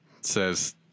says